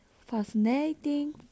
fascinating